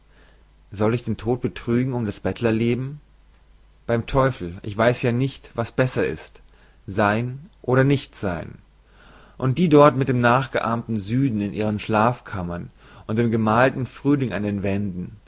soll ich den tod betrügen um das bettlerleben beim teufel ich weiß es ja nicht was besser ist sein oder nichtsein o die dort in dem nachgeahmten süden in ihren schlafkammern und dem gemahlten frühling an den wänden